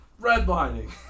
redlining